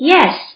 Yes